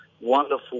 wonderful